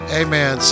amen